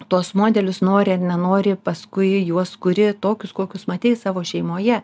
tuos modelius nori ar nenori paskui juos kuri tokius kokius matei savo šeimoje